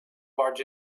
barge